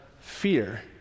fear